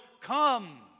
come